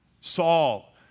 Saul